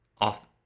Off